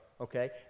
okay